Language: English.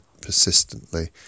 persistently